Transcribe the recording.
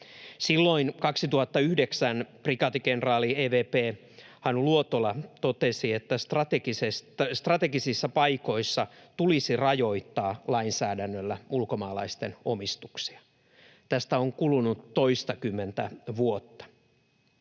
Silloin 2009 prikaatikenraali evp. Hannu Luotola totesi, että strategisissa paikoissa tulisi rajoittaa lainsäädännöllä ulkomaalaisten omistuksia. Tästä on kulunut toistakymmentä vuotta.